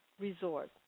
resort